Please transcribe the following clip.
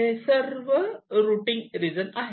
हे सर्व routing region आहे